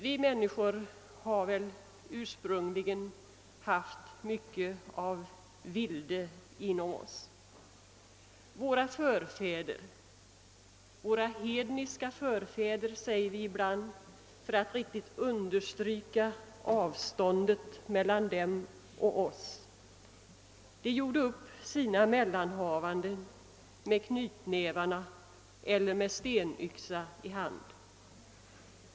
Vi människor hade väl ursprungligen mycket av vilde inom oss. Våra förfäder — våra hedniska förfäder, säger vi ibland för att riktigt understryka av ståndet mellan dem och oss — gjorde upp sina mellanhavanden med knytnävarna eller med stenyxa i hand.